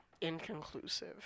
Inconclusive